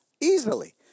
Easily